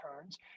turns